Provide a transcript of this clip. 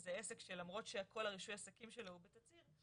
כשזה עסק שלמרות שכל הרישוי עסקים שלו הוא בתצהיר,